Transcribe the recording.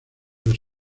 los